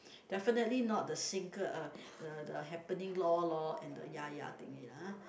definitely not the single uh the the happening loh loh and the ya ya thing lah